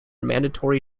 mandatory